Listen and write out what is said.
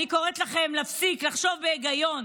אני קוראת לכם להפסיק, לחשוב בהיגיון.